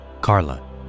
Carla